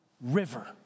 river